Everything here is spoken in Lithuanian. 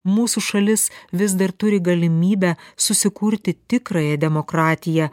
mūsų šalis vis dar turi galimybę susikurti tikrąją demokratiją